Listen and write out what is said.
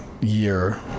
year